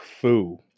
Fu